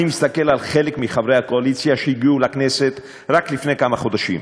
אני מסתכל על חלק מחברי הקואליציה שהגיעו לכנסת רק לפני כמה חודשים.